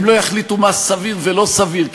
הם לא יחליטו מה סביר ולא סביר,